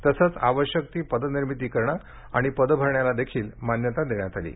तसंच आवश्यक ती पदनिर्मिती करण आणि पदं भरण्याला देखील मान्यता देण्यात आली आहे